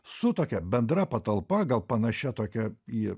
su tokia bendra patalpa gal panašia tokia į